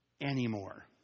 anymore